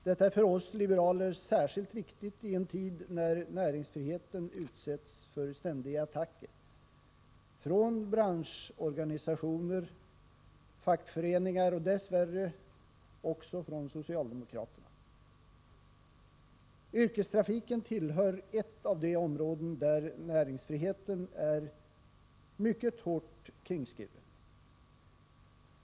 Detta är för oss liberaler särskilt viktigt i en tid när näringsfriheten utsätts för ständiga attacker från branschorganisationer och fackföreningar samt dess värre också från socialdemokraterna. Yrkestrafiken är ett av de områden där näringsfriheten är mycket hårt kringskuren.